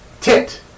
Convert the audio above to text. TIT